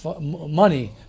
money